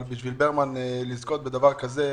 אבל בשבילם לזכות בדבר כזה,